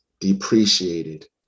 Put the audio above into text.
depreciated